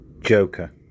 Joker